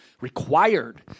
required